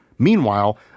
Meanwhile